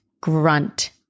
grunt